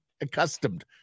accustomed